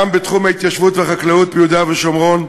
גם בתחום ההתיישבות והחקלאות ביהודה ושומרון,